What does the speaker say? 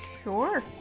Sure